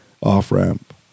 off-ramp